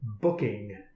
booking